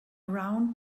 round